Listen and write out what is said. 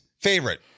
Favorite